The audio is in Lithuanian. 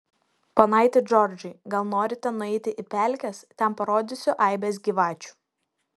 ponaiti džordžai gal norite nueiti į pelkes ten parodysiu aibes gyvačių